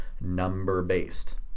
number-based